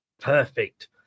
Perfect